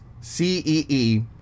CEE